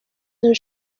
saint